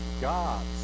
God's